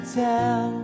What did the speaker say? tell